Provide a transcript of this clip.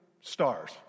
stars